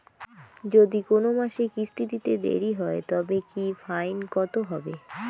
যদি কোন মাসে কিস্তি দিতে দেরি হয় তবে কি ফাইন কতহবে?